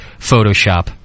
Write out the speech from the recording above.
Photoshop